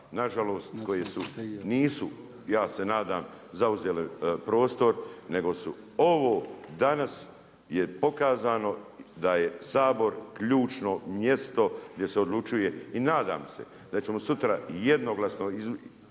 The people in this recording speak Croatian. nažalost, koje su, nisu, ja se nadam zauzele prostor, nego su ovo danas, je pokazano da je Sabor ključno mjesto gdje se odlučuje i nadam se da ćemo sutra jednoglasno izglasati